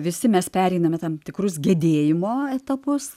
visi mes pereiname tam tikrus gedėjimo etapus